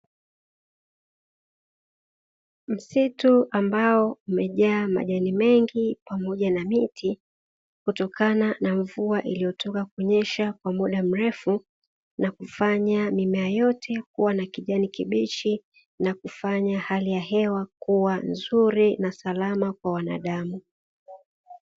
Msitu ambao umejaa majani mengi pamoja na miti kutokana na mvua ambayo imetoka kunyesha kwa muda mrefu, na kufanya mimea yote kuwa na kijani kibichi, na kufanya hali ya hewa kuwa nzuri na salama kwa wanadamu.